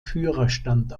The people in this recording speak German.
führerstand